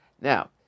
Now